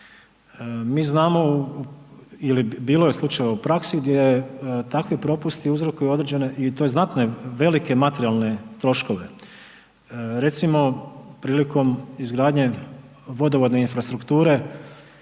Mi znamo ili bilo je slučajeva u praksi gdje takvi propusti uzrokuju i određene i to znatne, velike materijalne troškove. Recimo prilikom izgradnje vodovodne infrastrukture